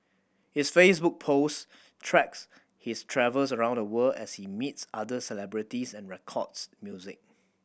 his Facebook post tracks his travels around the world as he meets other celebrities and records music